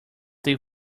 they